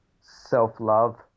self-love